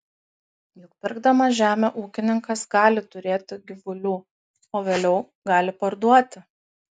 juk pirkdamas žemę ūkininkas gali turėti gyvulių o vėliau gali parduoti